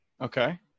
Okay